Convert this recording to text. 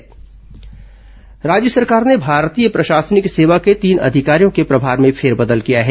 तबादला राज्य सरकार ने भारतीय प्रशासनिक सेवा के तीन अधिकारियों के प्रभार में फेरबदल किया है